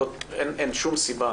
אין שום סיבה